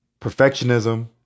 perfectionism